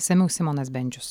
isamiau simonas bendžius